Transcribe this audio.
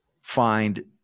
find